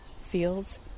fields